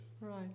right